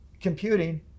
computing